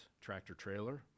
tractor-trailer